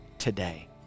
today